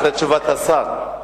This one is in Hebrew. אחרי תשובת השר.